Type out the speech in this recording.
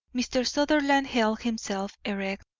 mr. sutherland held himself erect,